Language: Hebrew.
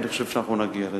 אני חושב שאנחנו נגיע לזה.